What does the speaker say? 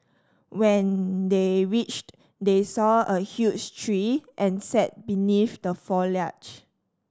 when they reached they saw a huge tree and sat beneath the foliage